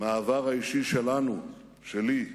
מהעבר האישי שלנו, שלי.